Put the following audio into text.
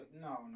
no